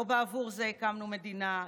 לא בעבור זה הקמנו מדינה,